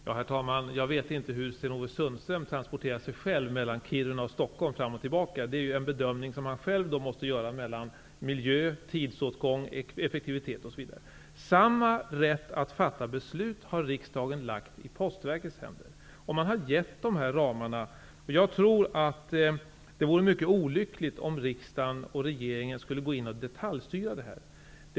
Herr talman! Jag vet inte hur Sten-Ove Sundström tansporterar sig själv fram och tillbaka mellan Kiruna och Stockholm. Han måste själv göra en bedömning utifrån miljöaspekter, tidsåtgång, effektivitet osv. Samma rätt att fatta beslut har riksdagen gett Postverket. Man har gett dessa ramar. Jag tror att det vore mycket olyckligt om riksdagen och regeringen skulle detaljstyra.